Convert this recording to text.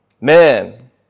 Man